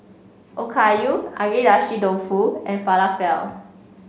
Okayu Agedashi Dofu and Falafel